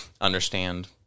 understand